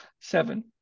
seven